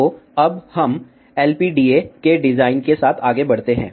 तो अब हम LPDA के डिजाइन के साथ आगे बढ़ते हैं